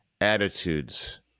attitudes